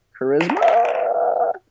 Charisma